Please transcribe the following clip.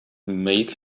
made